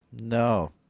no